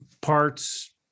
Parts